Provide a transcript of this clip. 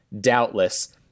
doubtless